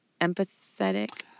Empathetic